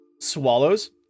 Swallows